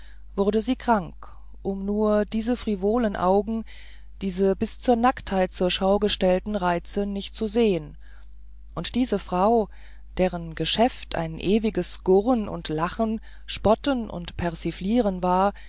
wurde sie krank um nur diese frivolen augen diese bis zur nacktheit zur schau gestellten reize nicht zu sehen und diese frau deren geschäft ein ewiges gurren und lachen spotten und persiflieren war